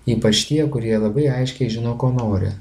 ypač tie kurie labai aiškiai žino ko nori